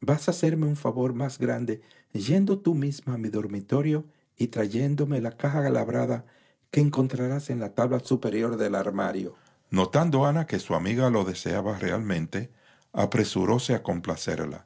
vas a hacerme un favor más grande yendo tú misma a mi dormitorio y trayéndome la caja labrada que encontrarás en la tabla superior del armario notandó ana que su amiga lo deseaba realmente apresuróse a complacerla